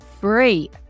free